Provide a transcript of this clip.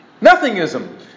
Nothingism